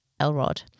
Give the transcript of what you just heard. Elrod